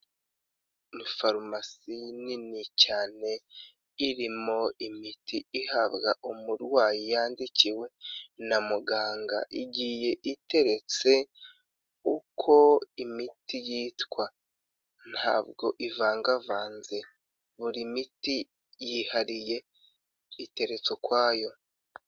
Ni farumasi nini cyane irimo imiti ihabwa umurwayi yandikiwe na muganga, igiye iteretse uko imiti yitwa ntabwo ivangavanze buri miti yihariye iteretse ukwayo.